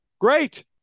Great